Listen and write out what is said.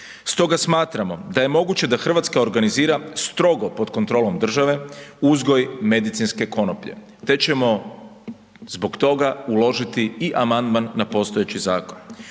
Stoga smatramo da je moguće da Hrvatska organizira strogo pod kontrolom države uzgoj medicinske konoplje te ćemo zbog toga uložiti i amandman na postojeći zakon.